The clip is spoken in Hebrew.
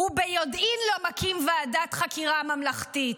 הוא ביודעין לא מקים ועדת חקירה ממלכתית.